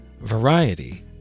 variety